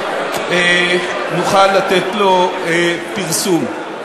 מוכן לתת לו פרסום.